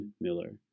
Miller